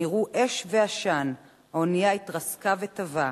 נראו אש ועשן, האונייה התרסקה וטבעה.